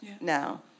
now